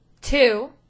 two